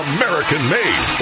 American-made